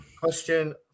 Question